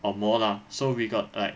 or more lah so we got like